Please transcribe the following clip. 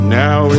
now